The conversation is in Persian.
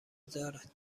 دارد